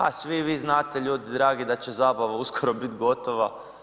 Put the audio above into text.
A svi vi znate, ljudi dragi da će zabava uskoro biti gotova.